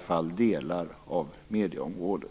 fall över delar av medieområdet.